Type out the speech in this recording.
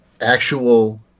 actual